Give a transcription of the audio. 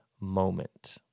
moment